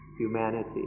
humanity